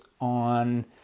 on